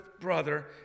brother